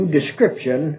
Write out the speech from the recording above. description